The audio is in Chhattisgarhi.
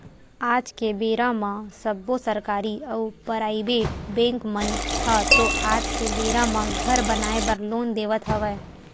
आज के बेरा म सब्बो सरकारी अउ पराइबेट बेंक मन ह तो आज के बेरा म घर बनाए बर लोन देवत हवय